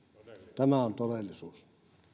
tämä on todellisuus